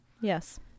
yes